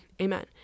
Amen